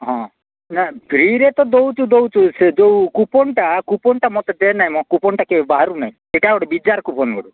ହଁ ନା ଫ୍ରିରେ ତ ଦେଉଛୁ ଦେଉଛୁ ସେ ଯୋଉ କୁପନ୍ଟା କୁପନ୍ଟା ମୋତେ ଦେ ନାଇ ମ କୁପନ୍ଟା କେ ବାହାରୁ ନେଏ ଏଇଟା ଗୋଟେ ବିଜାର୍ କୁପନ୍ ମୋର